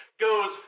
goes